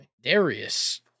Darius